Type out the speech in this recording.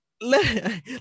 let